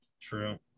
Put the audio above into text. True